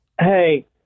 Hey